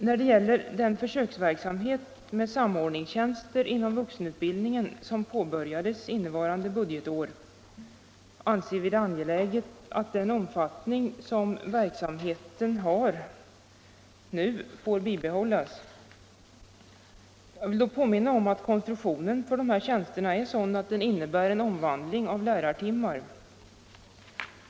När det gäller den försöksverksamhet med samordningstjänster inom vuxenutbildningen som påbörjades innevarande budgetår anser vi det angeläget att den omfattning som verksamheten nu har får bibehållas. Jag vill påminna om att konstruktionen för de här tjänsterna är sådan att den innebär en omvandling av lärartimmar.